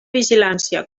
vigilància